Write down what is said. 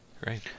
Great